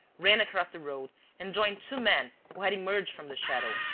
ran across the road and joined two men who had emerged from the shadow,